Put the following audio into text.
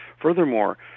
Furthermore